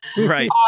right